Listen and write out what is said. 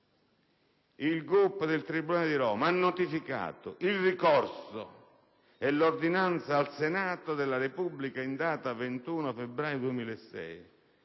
il Gup del tribunale di Roma ha notificato il ricorso e l'ordinanza al Senato della Repubblica in data 21 febbraio 2006